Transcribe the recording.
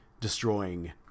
destroying